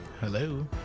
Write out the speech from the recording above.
Hello